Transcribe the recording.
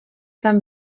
tam